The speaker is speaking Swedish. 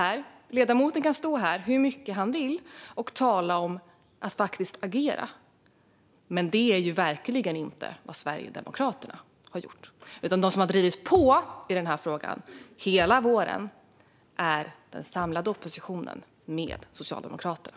Ledamoten kan stå här hur mycket han vill och tala om att agera. Men det är ju verkligen inte vad Sverigedemokraterna har gjort. De som har drivit på i den här frågan, hela våren, är i stället den samlade oppositionen med Socialdemokraterna.